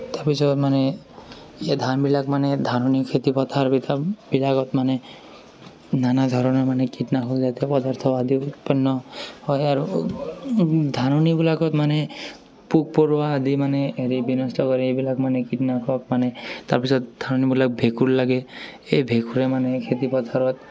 তাৰপিছত মানে ইয়াত ধানবিলাক মানে ধাননি খেতিপথাৰবিলাক বিলাকত মানে নানা ধৰণৰ মানে কিট নাশকজাতীয় পদাৰ্থ আদি উৎপন্ন হয় আৰু ধাননিবিলাকত মানে পোক পৰুৱা আদি মানে হেৰি বিনষ্ট কৰে এইবিলাক মানে কিট নাশক মানে তাৰপিছত ধানবিলাক ভেঁকুৰ লাগে এই ভেঁকুৰে মানে খেতিপথাৰত